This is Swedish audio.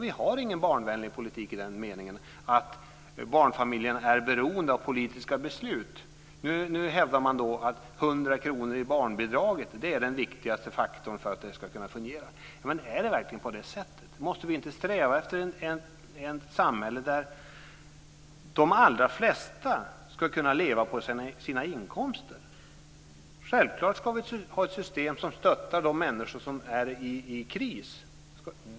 Vi har ingen barnvänlig politik i den meningen att barnfamiljerna är beroende av politiska beslut. Nu hävdar man att 100 kr i barnbidrag är den viktigaste faktorn för att det ska kunna fungera. Men är det verkligen på det sättet? Måste vi inte sträva efter ett samhälle där de allra flesta ska kunna leva på sina inkomster? Självklart ska vi ha ett system som stöttar de människor som är i kris.